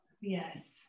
Yes